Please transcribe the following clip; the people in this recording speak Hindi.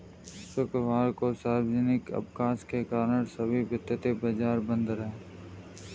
शुक्रवार को सार्वजनिक अवकाश के कारण सभी वित्तीय बाजार बंद रहे